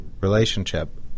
relationship